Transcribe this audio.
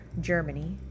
Germany